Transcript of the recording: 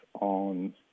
on